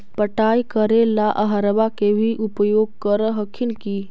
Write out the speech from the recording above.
पटाय करे ला अहर्बा के भी उपयोग कर हखिन की?